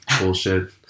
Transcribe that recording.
bullshit